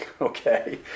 okay